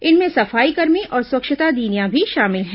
इनमें सफाईकर्मी और स्वच्छता दीदियां भी शामिल हैं